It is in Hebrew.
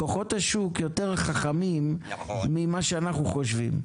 כוחות השוק יותר חכמים ממה שאנחנו חושבים.